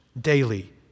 daily